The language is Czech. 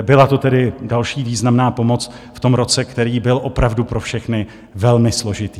Byla to tedy další významná pomoc v tom roce, který byl opravdu pro všechny velmi složitý.